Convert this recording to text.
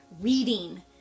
reading